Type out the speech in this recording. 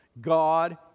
God